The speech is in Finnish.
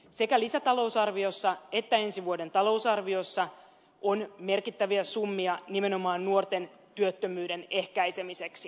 sekä lisätalousarviossa että ensi vuoden talousarviossa on merkittäviä summia nimenomaan nuorten työttömyyden ehkäisemiseksi